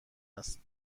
است